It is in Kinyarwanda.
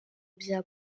bya